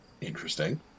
interesting